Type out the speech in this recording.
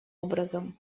образом